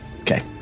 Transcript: Okay